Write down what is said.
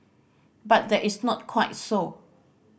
but that is not quite so